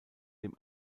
dem